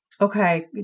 Okay